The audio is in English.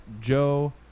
Joe